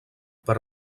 per